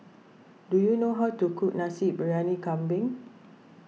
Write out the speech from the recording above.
do you know how to cook Nasi Briyani Kambing